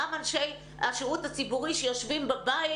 גם אנשי השירות הציבורי שיושבים בבית